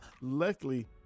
luckily